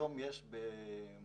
היום יש ביו"ש